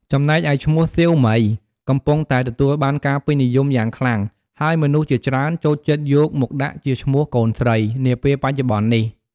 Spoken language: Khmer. ចំណែកឯឈ្មោះ "សៀវមី" កំពុងតែទទួលបានការពេញនិយមយ៉ាងខ្លាំង ហើយមនុស្សជាច្រើន ចូលចិត្តយកមកដាក់ជាឈ្មោះកូនស្រី នាពេលបច្ចុប្បន្ននេះ។